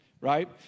right